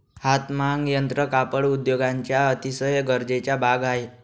हातमाग यंत्र कापड उद्योगाचा अतिशय गरजेचा भाग आहे